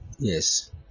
yes